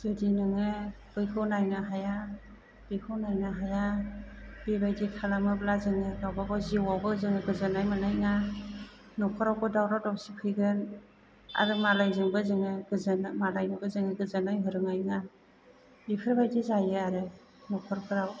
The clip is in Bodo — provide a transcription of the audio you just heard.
जुदि नोङो बैखौ नायनो हाया बेखौ नायनो हाया बेबायदि खालामोब्ला जोङो गावबागाव जिउआवबो जोङो गोजोन्नाय मोन्नाय नङा नखरावबो दावराव दावसि फैगोन आरो मालायजोंबो जोङो गोजोन मालायनोबो जों गोजोननाय होनो रोंनाय नोङा बेफोरबायदि जायो आरो नखरफ्राव